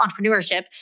entrepreneurship